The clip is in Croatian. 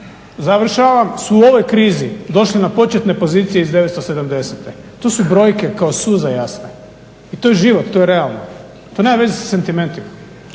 završavam, su u ovoj krizi došli na početne pozicije iz 1970—te, to su brojke kao suza jasne i to je život, to je realno, to nema veze sa sentimentikom,